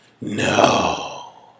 No